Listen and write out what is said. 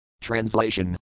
Translation